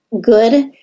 good